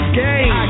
game